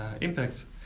impact